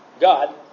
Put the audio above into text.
God